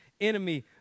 enemy